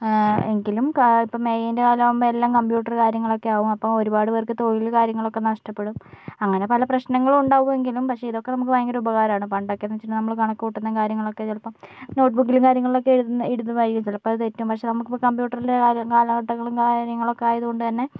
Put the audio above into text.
എങ്കിലും ഇപ്പോൾ കാര്യമാകുമ്പോൾ കംപ്യൂട്ടറും കാര്യങ്ങളൊക്കെയാകും അപ്പോൾ ഒരുപാടു പേർക്ക് തൊഴിൽ കാര്യങ്ങളൊക്കെ നഷ്ടപ്പെടും അങ്ങനെ പല പ്രശ്നങ്ങളും ഉണ്ടാവുമെങ്കിലും പക്ഷേ ഇതൊക്കെ നമുക്ക് ഭയങ്കര ഉപകാരമാണ് പണ്ടൊക്കെയെന്നുവച്ചു കഴിഞ്ഞാൽ നമ്മൾ കണക്കൂട്ടുന്നതും കാര്യങ്ങളൊക്കെ ചിലപ്പോൾ നോട്ട്ബുക്കിലും കാര്യങ്ങളിലൊക്കെ എഴുതുന്നത് ഇടുന്നതായിരിക്കും ചിലപ്പോൾ തെറ്റും പക്ഷേ നമുക്കിപ്പോൾ ഇപ്പോൾ കംപ്യൂട്ടറും കാലഘട്ടങ്ങളും കാര്യങ്ങളും ഒക്കെ ആയതുകൊണ്ടുതന്നെ